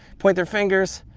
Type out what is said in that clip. point their fingers,